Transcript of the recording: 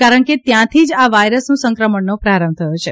કારણ કે ત્યાંથી જ આ વાયરસનું સંક્રમણનો પ્રારંભ થયો છે